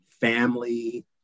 family